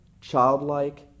childlike